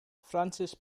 francis